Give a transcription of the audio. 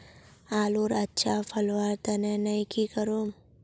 आलूर अच्छा फलवार तने नई की करूम?